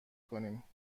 کنیم